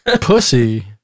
pussy